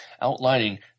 outlining